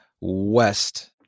west